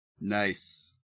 Nice